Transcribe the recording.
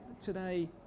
today